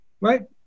right